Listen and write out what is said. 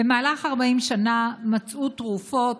במהלך 40 שנה מצאו תרופות,